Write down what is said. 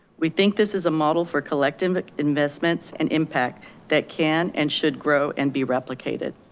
we think this is a model for collective investments and impact that can and should grow and be replicated.